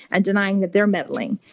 and denying that they're meddling.